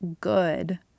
good